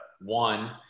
one